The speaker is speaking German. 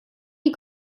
die